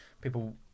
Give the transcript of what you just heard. people